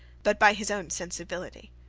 but by his own sensibility.